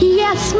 yes